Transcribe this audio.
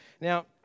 Now